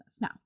Now